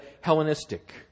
Hellenistic